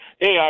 Hey